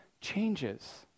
changes